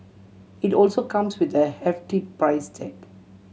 it also comes with a hefty price tag